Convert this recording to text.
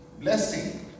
blessing